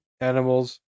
animals